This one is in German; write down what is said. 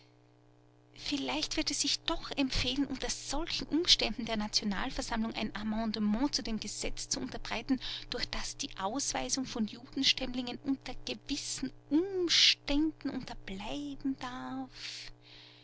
vielleicht wird es sich doch empfehlen unter solchen umständen der nationalversammlung ein amendement zu dem gesetz zu unterbreiten durch das die ausweisung von judenstämmlingen unter gewissen umständen unterbleiben darf